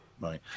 right